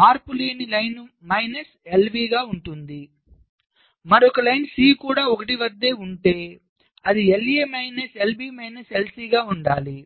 మార్పు లేని పంక్తికి మైనస్ LB గా ఉంటుంది మరొక పంక్తి C కూడా 1 వద్ద ఉంటే అది LA minus LB minus LC గా ఉండాలి